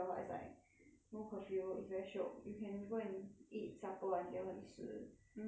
no curfew is very shiok you can go and eat supper until 很迟 then come home